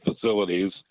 facilities